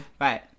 Right